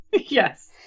Yes